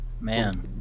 man